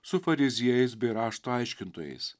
su fariziejais bei rašto aiškintojais